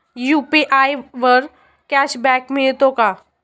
UPI वर cashback मिळतो का?